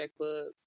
checkbooks